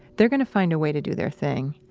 they're gonna find a way to do their thing,